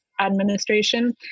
administration